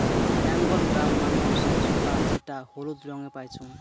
Bengal gram মানে হসে ছোলা যেটা হলুদ রঙে পাইচুঙ